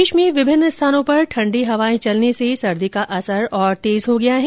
प्रदेश में विभिन्न स्थानों पर ठंडी हवाएं चलने से सर्दी का असर और तेज हो गया है